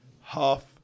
half